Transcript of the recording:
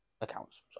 accounts